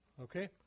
okay